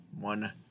one